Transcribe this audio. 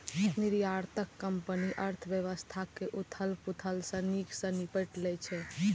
निर्यातक कंपनी अर्थव्यवस्थाक उथल पुथल सं नीक सं निपटि लै छै